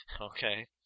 Okay